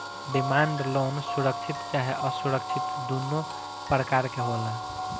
demand loan सुरक्षित चाहे असुरक्षित दुनो प्रकार के होला